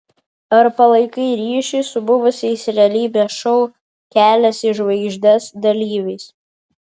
ar palaikai ryšį su buvusiais realybės šou kelias į žvaigždes dalyviais